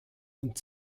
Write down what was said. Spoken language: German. und